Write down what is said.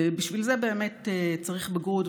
בשביל זה צריך בגרות,